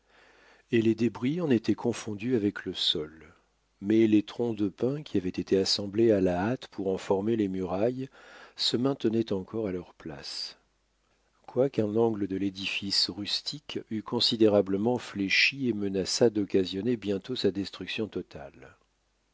et les débris en étaient confondus avec le sol mais les troncs de pins qui avaient été assemblés à la hâte pour en former les murailles se maintenaient encore à leur place quoiqu'un angle de l'édifice rustique eût considérablement fléchi et menaçât d'occasionner bientôt sa destruction totale